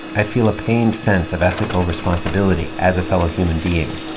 i feel a pained sense of ethical responsibility as a fellow human being.